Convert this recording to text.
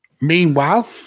Meanwhile